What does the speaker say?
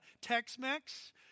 Tex-Mex